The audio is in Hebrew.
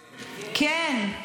כן.